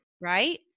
Right